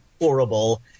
horrible